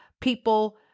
people